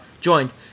joined